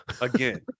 Again